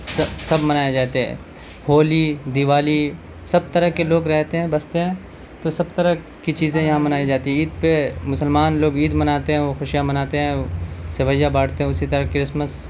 سب سب منائے جاتے ہیں ہولی دیوالی سب طرح کے لوگ رہتے ہیں بستے ہیں تو سب طرح کی چیزیں یہاں منائی جاتی ہیں عید پہ مسلمان لوگ عید مناتے ہیں خوشیاں مناتے ہیں سویاں بانٹتے ہیں اسی طرح کرسمس